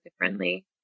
differently